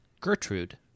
Gertrude